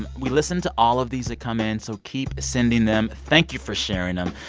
we listen to all of these that come in, so keep sending them. thank you for sharing them.